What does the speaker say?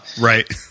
Right